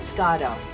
Scotto